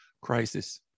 crisis